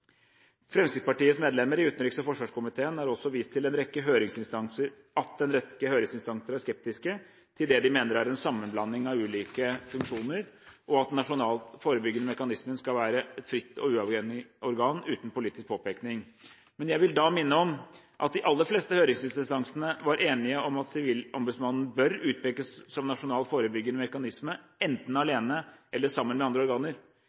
Fremskrittspartiets medlemmer i utenriks- og forsvarskomiteen har også vist til at en rekke høringsinstanser er skeptiske til det de mener er en sammenblanding av ulike funksjoner, og at den nasjonale forebyggende mekanismen skal være et fritt og uavhengig organ uten politisk påvirkning. Jeg vil da minne om at de aller fleste høringsinstansene var enige om at Sivilombudsmannen bør utpekes som nasjonal forebyggende mekanisme, enten alene eller sammen med andre organer.